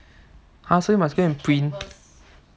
!huh! so must go and print